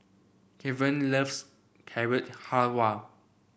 Kevan loves Carrot Halwa